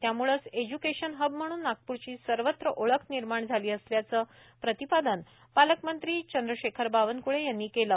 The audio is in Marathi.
त्यामुळेच एज्युकेशन हब म्हणून नागपूरची सर्वत्र ओळख निर्माण झाली असल्याचे प्रतिपादन पालकमंत्री चंद्रशेखर बावनकळे यांनी केले